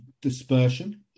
dispersion